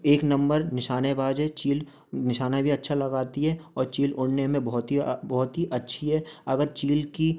एक नंबर निशानेबाज है चील निशाना भी अच्छा लगाती है और चील उड़ने में बहोत ही बहोत ही अच्छी है अगर चील की